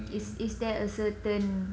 is is there a certain